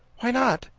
why not?